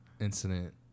incident